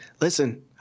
Listen